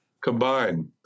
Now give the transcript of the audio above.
combined